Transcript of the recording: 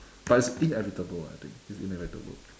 but it's inevitable I think it's inevitable